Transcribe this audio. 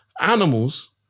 animals